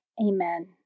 Amen